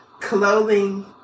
clothing